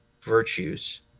virtues